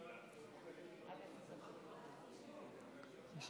יש